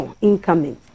incoming